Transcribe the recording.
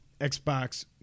Xbox